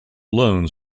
loans